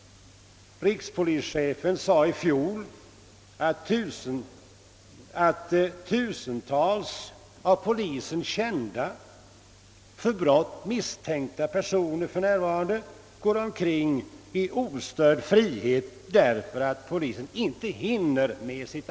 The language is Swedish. Rikspolischefen sade i fjol att »tusentals av polisen kända, för brott misstänkta personer för närvarande går omkring i ostörd frihet, därför att polisen inte hinner med arbetet».